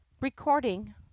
Recording